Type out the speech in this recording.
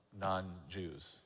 non-Jews